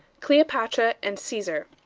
cleopatra and caesar.